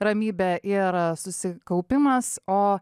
ramybė ir susikaupimas o